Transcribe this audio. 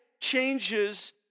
changes